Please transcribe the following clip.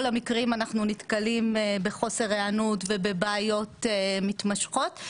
המקרים אנחנו נתקלים בחוסר היענות ובבעיות מתמשכות,